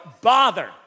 bother